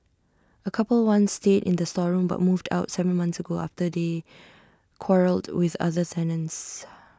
A couple once stayed in the storeroom but moved out Seven months ago after they quarrelled with other tenants